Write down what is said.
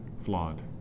flawed